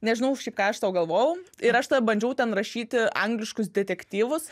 nežinau šiaip ką aš sau galvojau ir aš tada bandžiau ten rašyti angliškus detektyvus